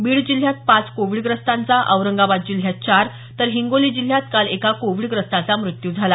बीड जिल्ह्यात पाच कोविडग्रस्तांचा औरंगाबाद जिल्ह्यात चार तर हिंगोली जिल्ह्यात काल एका कोविडग्रस्ताचा मृत्यू झाला